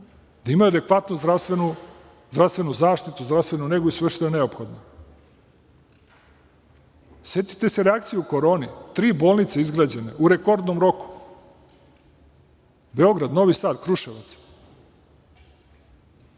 da imaju adekvatnu zdravstvenu zaštitu, zdravstvenu negu i sve što je neophodno. Setite se reakcije u koroni. Tri bolnice izgrađene u rekordnom roku – Beograd, Novi Sad, Kruševac.